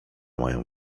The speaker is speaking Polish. mają